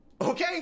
Okay